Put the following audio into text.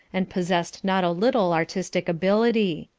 and possessed not a little artistic ability.